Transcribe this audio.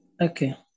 Okay